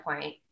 point